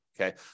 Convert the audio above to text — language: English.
okay